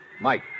Mike